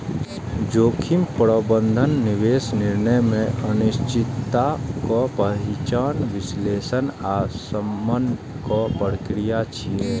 जोखिम प्रबंधन निवेश निर्णय मे अनिश्चितताक पहिचान, विश्लेषण आ शमनक प्रक्रिया छियै